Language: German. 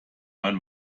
man